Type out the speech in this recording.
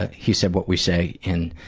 he said what we say in,